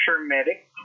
medic